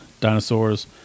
dinosaurs